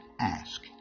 ask